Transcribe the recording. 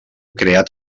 creat